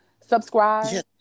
subscribe